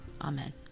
Amen